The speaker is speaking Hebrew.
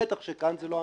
בטח שכאן זה לא המקרה.